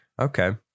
Okay